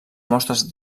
mostres